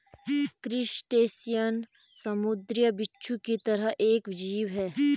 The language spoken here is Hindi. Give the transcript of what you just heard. क्रस्टेशियन समुंद्री बिच्छू की तरह एक जीव है